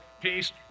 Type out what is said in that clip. peace